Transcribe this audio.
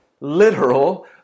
Literal